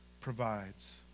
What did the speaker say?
provides